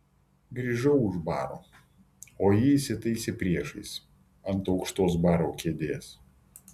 grįžau už baro o ji įsitaisė priešais ant aukštos baro kėdės